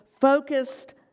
focused